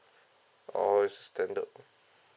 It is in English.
orh is standard